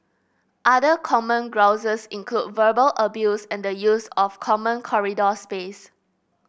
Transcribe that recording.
other common grouses include verbal abuse and the use of common corridor space